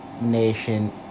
nation